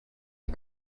you